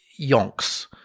yonks